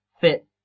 fit